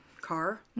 car